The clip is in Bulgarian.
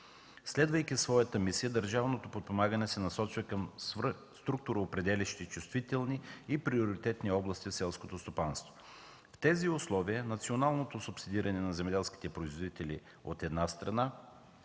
Следвайки своята мисия, държавното подпомагане се насочва към структуроопределящи, чувствителни и приоритетни области в селското стопанство. В тези условия националното субсидиране на земеделските производители, от една страна,